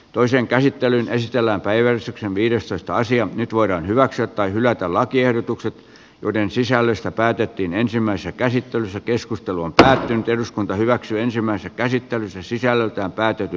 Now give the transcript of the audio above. toisen käsittelyn esitellä päivän viidestoista sija nyt voidaan hyväksyä tai hylätä lakiehdotukset joiden sisällöstä päätettiin ensimmäisessä käsittelyssä keskustelu on päättynyt eduskunta hyväksyi ensimmäisen käsittelyn se sisältää päätetty